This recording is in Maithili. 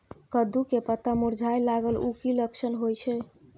कद्दू के पत्ता मुरझाय लागल उ कि लक्षण होय छै?